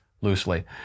loosely